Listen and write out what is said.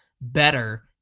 better